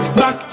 back